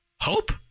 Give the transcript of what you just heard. Hope